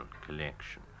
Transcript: collection